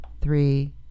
three